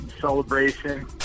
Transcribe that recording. celebration